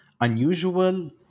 unusual